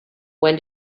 when